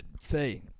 Say